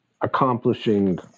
accomplishing